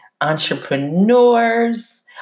entrepreneurs